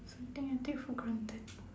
something I take for granted